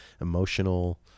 emotional